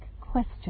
question